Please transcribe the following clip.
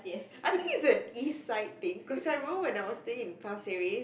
I think it's an East side thing cause I remember when I was staying in Pasir-Ris